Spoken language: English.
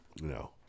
no